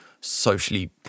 socially